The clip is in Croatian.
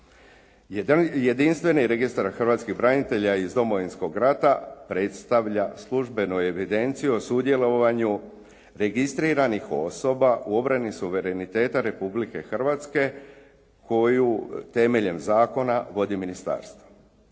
Jedinstveni registar hrvatskih branitelja iz Domovinskog rata predstavlja službenu evidenciju o sudjelovanju registriranih osoba u obrani suvereniteta Republike Hrvatske koju temeljem zakona vodi ministarstvo.